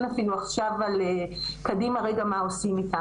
אפילו עכשיו על קדימה רגע מה אותם איתם.